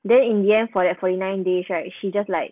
then in the end for that forty nine days right she just like